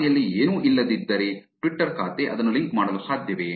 ಖಾತೆಯಲ್ಲಿ ಏನೂ ಇಲ್ಲದಿದ್ದರೆ ಟ್ವಿಟ್ಟರ್ ಖಾತೆ ಅದನ್ನು ಲಿಂಕ್ ಮಾಡಲು ಸಾಧ್ಯವೇ